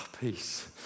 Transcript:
peace